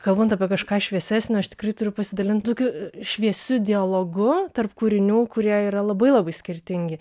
kalbant apie kažką šviesesnio aš tikrai turiu pasidalint tokiu šviesiu dialogu tarp kūrinių kurie yra labai labai skirtingi